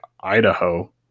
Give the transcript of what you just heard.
Idaho